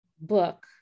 book